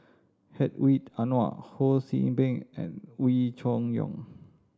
Hedwig Anuar Ho See Beng and Wee Cho Yaw